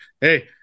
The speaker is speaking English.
hey